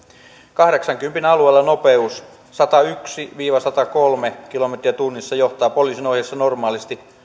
kahdeksankymmenen alueella nopeus satayksi viiva satakolme kilometriä tunnissa johtaa poliisin ohjeissa normaalisti